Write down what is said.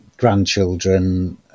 grandchildren